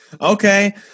Okay